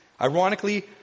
Ironically